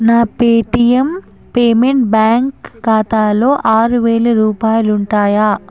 నా Paytm payments bank ఖాతాలో ఆరు వేలు రూపాయాలుంటాయా